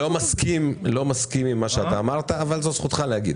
לכן אני לא מסכים עם מה שאתה אמרת אבל זאת זכותך להגיד.